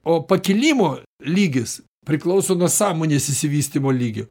o pakilimo lygis priklauso nuo sąmonės išsivystymo lygio